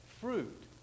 fruit